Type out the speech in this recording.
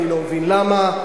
אני לא מבין למה.